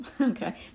Okay